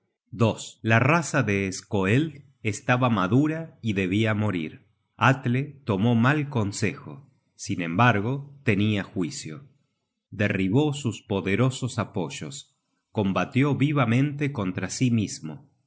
perfidia la raza de skoeld estaba madura y debia morir atle tomó mal consejo sin embargo tenia juicio derribó sus poderosos apoyos combatió vivamente contra sí mismo